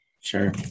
sure